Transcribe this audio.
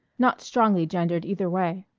not strongly gendered either way.